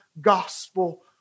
gospel